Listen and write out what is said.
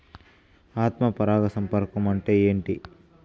ఆత్మ పరాగ సంపర్కం అంటే ఏంటి?